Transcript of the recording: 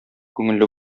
күңелле